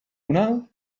now